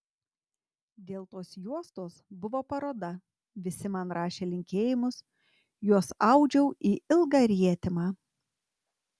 dėl tos juostos buvo paroda visi man rašė linkėjimus juos audžiau į ilgą rietimą